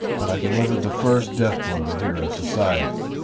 but i delivered the first death blow to hero society.